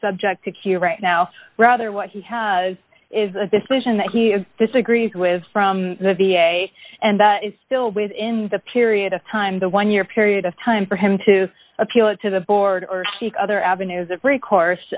subject to q right now rather what he has is a decision that he is disagrees with from the v a and that is still within the period of time the one year period of time for him to appeal it to the board or seek other avenues of recourse